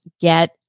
get